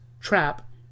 trap